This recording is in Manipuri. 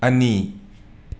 ꯑꯅꯤ